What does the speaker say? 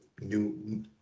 new